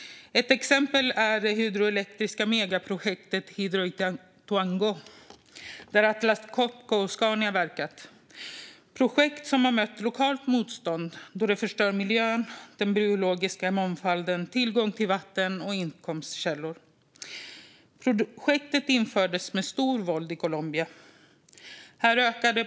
Ett exempel är det hydroelektriska megaprojektet Hidroituango, där Atlas Copco och Scania verkat. Det är ett projekt som har mött lokalt motstånd då det förstör miljön, den biologiska mångfalden, tillgången till vatten och inkomstkällor. Projektet infördes med stort våld i Colombia.